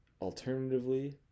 alternatively